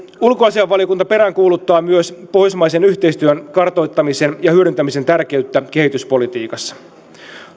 ulkoasiainvaliokunta peräänkuuluttaa myös pohjoismaisen yhteistyön kartoittamisen ja hyödyntämisen tärkeyttä kehityspolitiikassa